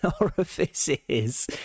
orifices